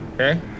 Okay